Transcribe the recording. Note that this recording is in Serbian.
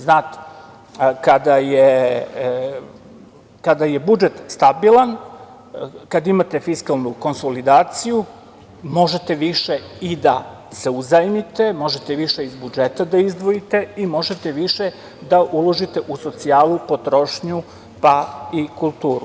Znate, kada je budžet stabilan, kada imate fiskalnu konsolidaciju možete više i da uzajmite, možete više iz budžeta da izdvojite, možete više da uložite u socijalu, potrošnju, pa i kulturu.